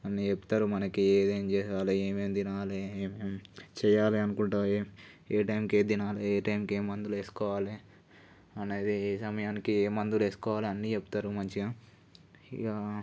అన్నీ చెప్తారు మనకి ఏమేమి చేయాలో ఏమేమి తినాలి ఏం చేయాలనుకుంటావో ఏ టైంకి ఏది తినాలో ఏ టైంకి ఏ మందులు వేసుకోవాలి అండ్ అది ఏ సమయానికి ఏ మందులు వేసుకోవాలో అన్నీ చెప్తారు మంచిగా ఇక